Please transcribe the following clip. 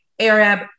Arab